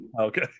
Okay